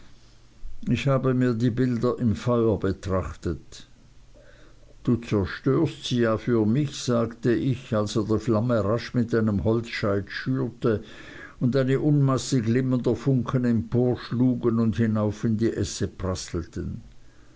ich habe mir die bilder im feuer betrachtet du zerstörst sie ja für mich sagte ich als er die flamme rasch mit einem holzscheit schürte und eine unmasse glimmender funken emporschlugen und hinauf in die